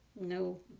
no